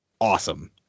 awesome